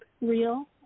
real